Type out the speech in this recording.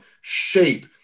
shape